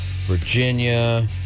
Virginia